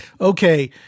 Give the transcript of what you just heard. Okay